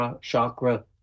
chakra